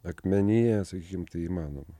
akmenyje sakykim tai įmanoma